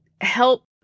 help